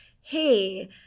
hey